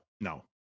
No